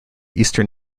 eastern